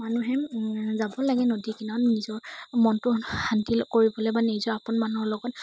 মানুহে যাব লাগে নদীৰ কিনাৰত নিজৰ মনটো শান্তি কৰিবলে বা নিজৰ আপোন মানুহৰ লগত